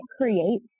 create